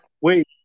Wait